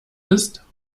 ist